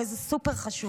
וזה סופר חשוב.